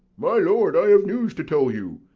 my lord, i have news to tell you.